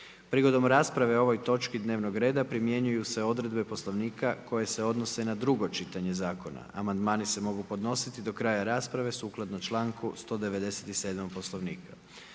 Prigodom rasprave o ovoj točki dnevnog reda primjenjuju se odredbe Poslovnika koje se odnose na drugo čitanje zakona. Amandmani se mogu podnositi do kraja rasprave sukladno članku 197. Poslovnika.